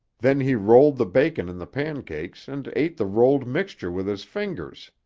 then he rolled the bacon in the pancakes and ate the rolled mixture with his fingers.